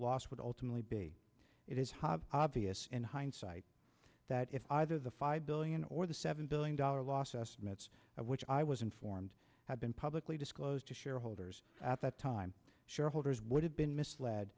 loss would ultimately be it is how obvious in hindsight that if either the five billion or the seven billion dollar loss estimates which i was informed had been publicly disclosed to shareholders at that time shareholders would have been misled